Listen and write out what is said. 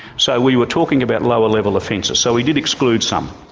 so we were talking about lower level offences, so we did exclude some.